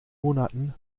monaten